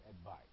advice